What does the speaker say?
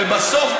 ובסוף,